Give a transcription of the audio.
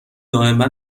دائما